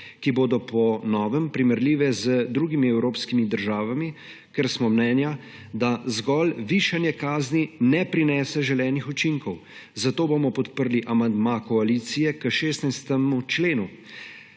ki bodo po novem primerljive z drugimi evropskimi državami, ker smo mnenja, da zgolj višanje kazni ne prinese želenih učinkov, zato bomo podprli amandma koalicije k 16. členu.